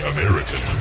American